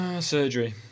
surgery